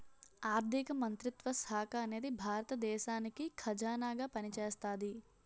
ఆర్ధిక మంత్రిత్వ శాఖ అనేది భారత దేశానికి ఖజానాగా పనిచేస్తాది